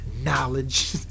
knowledge